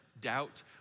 doubt